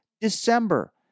December